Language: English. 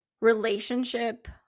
relationship